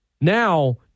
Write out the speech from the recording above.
Now